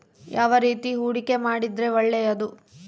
ಯಾವ ರೇತಿ ಹೂಡಿಕೆ ಮಾಡಿದ್ರೆ ಒಳ್ಳೆಯದು?